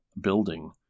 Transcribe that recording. building